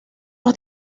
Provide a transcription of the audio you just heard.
los